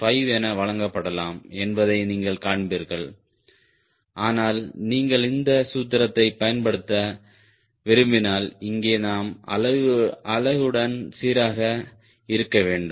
5 என வழங்கப்படலாம் என்பதை நீங்கள் காண்பீர்கள் ஆனால் நீங்கள் இந்த சூத்திரத்தைப் பயன்படுத்த விரும்பினால் இங்கே நாம் அலகுடன் சீராக இருக்க வேண்டும்